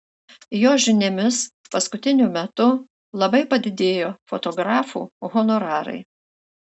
jo žiniomis paskutiniu metu labai padidėjo fotografų honorarai